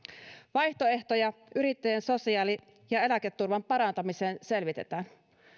vaihtoehtoja yrittäjän sosiaali ja eläketurvan parantamiseen selvitetään